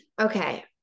Okay